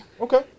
Okay